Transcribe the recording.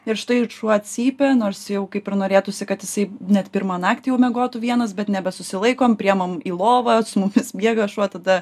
ir štai šuo cypia nors jau kaip ir norėtųsi kad jisai net pirmą naktį jau miegotų vienas bet nebesusilaikom priimam į lovą su mumis miega šuo tada